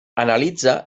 analitza